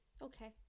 Okay